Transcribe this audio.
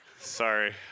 Sorry